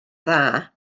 dda